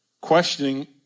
questioning